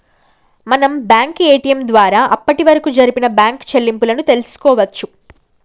మనం bank ATM ద్వారా అప్పటివరకు జరిపిన బ్యేంకు చెల్లింపులను తెల్సుకోవచ్చు